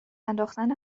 انداختن